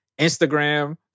Instagram